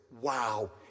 wow